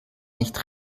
nicht